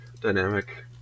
dynamic